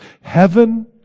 Heaven